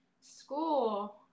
school